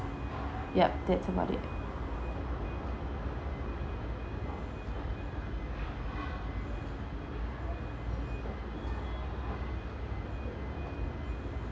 yup that's about it